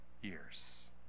years